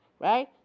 Right